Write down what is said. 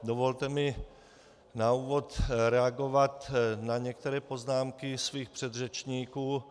Dovolte mi na úvod reagovat na některé poznámky svých předřečníků.